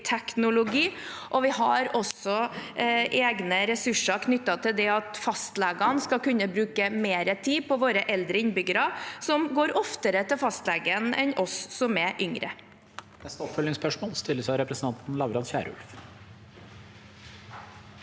teknologi. Vi har også egne ressurser knyttet til at fastlegene skal kunne bruke mer tid på våre eldre innbyggere, som går oftere til fastlegen enn oss som er yngre.